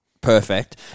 perfect